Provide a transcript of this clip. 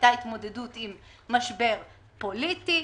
הייתה התמודדות עם משבר פוליטי,